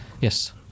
Yes